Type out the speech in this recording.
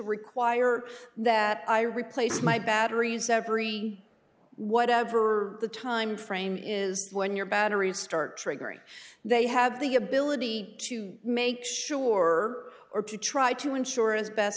require that i replace my batteries every whatever the time frame is when your batteries start triggering they have the ability to make sure or to try to ensure as best